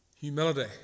Humility